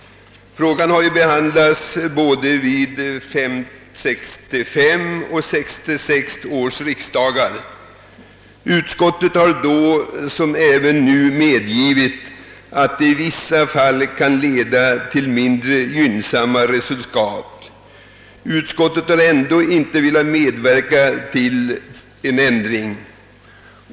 Frågan om dessa har behandlats både vid 1965 och 1966 års riksdagar. Utskottet har då liksom även nu medgivit att reglerna i vissa fall kan leda till mindre gynnsamma resultat. Utskottet har ändå inte velat medverka till en ändring.